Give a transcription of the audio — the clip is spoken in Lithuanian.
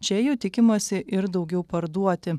čia jų tikimasi ir daugiau parduoti